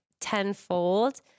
tenfold